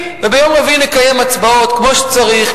וביום רביעי נקיים הצבעות כמו שצריך,